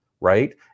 right